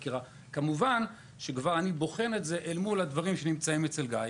כמובן שאני בוחן את זה מול הדברים שנמצאים אצל גיא.